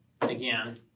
again